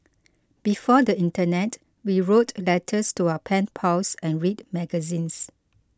before the internet we wrote letters to our pen pals and read magazines